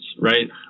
right